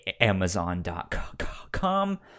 Amazon.com